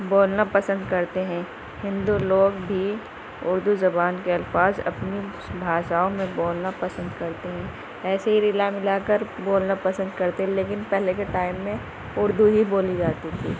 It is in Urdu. بولنا پسند کرتے ہیں ہندو لوگ بھی اردو زبان کے الفاظ اپنی بھاشاؤں میں بولنا پسند کرتے ہیں ایسے ہی ملا کر ملا کر بولنا پسند کرتے لیکن پہلے کے ٹائم میں اردو ہی بولی جاتی تھی